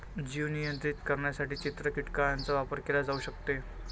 जीव नियंत्रित करण्यासाठी चित्र कीटकांचा वापर केला जाऊ शकतो